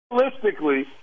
realistically